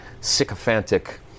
sycophantic